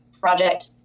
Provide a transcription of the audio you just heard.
project